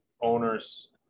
owners